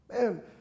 Man